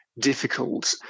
difficult